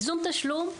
ייזום תשלום,